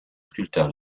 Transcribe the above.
sculpteur